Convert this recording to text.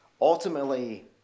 ultimately